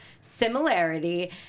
similarity